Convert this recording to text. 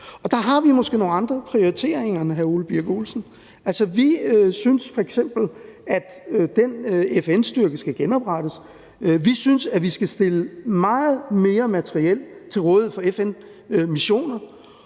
os. Der har vi måske nogle andre prioriteringer end hr. Ole Birk Olesen. Vi synes f.eks., at den FN-styrke skal genoprettes; vi synes, at vi skal stille meget mere materiel til rådighed for FN-missioner.